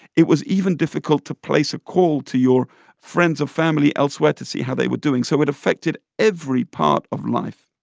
it was even difficult to place a call to your friends or family elsewhere to see how they were doing. so it affected every part of life